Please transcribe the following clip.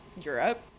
Europe